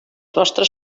vostres